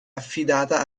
affidata